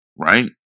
right